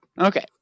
Okay